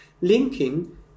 linking